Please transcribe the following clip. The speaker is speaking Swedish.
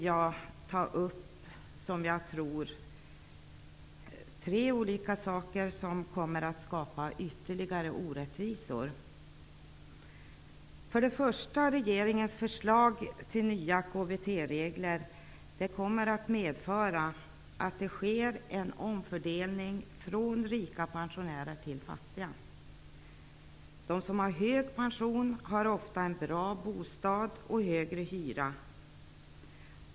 Jag vill ta upp tre olika frågor som jag tror kommer att skapa ytterligare orättvisor. För det första: Regeringens förslag till nya KBT regler kommer att medföra att det sker en omfördelning från rika pensionärer till fattiga. De som har hög pension har ofta en bra bostad och högre hyra.